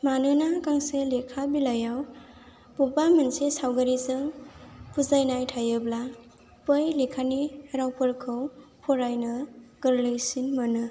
मानोना गांसे लेखा बिलाइआव बबेबा मोनसे सावगारिजों बुजायनाय थायोब्ला बै लेखानि रावफोरखौ फरायनो गोरलैसिन मोनो